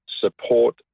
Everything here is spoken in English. support